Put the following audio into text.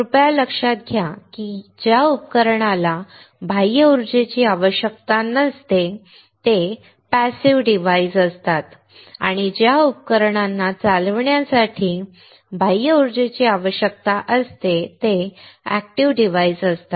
कृपया लक्षात घ्या की ज्या उपकरणाला बाह्य उर्जेची आवश्यकता नसते ते पॅसिव्ह डिवाइस असतात आणि ज्या उपकरणांना चालविण्यासाठी बाह्य उर्जेची आवश्यकता असते ते एक्टिव डिवाइस असतात